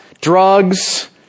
drugs